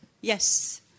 Yes